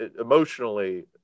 emotionally